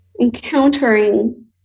encountering